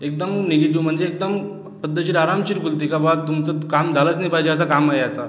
एकदम निगेटिव म्हणजे एकदम पद्धतशीर आरामशीर खोलते का बुवा तुमचं काम झालंच नाही पाहिजे असा काम आहे याचा